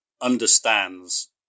understands